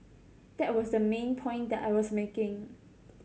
that was the main point that I was making